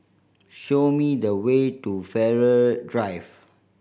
show me the way to Farrer Drive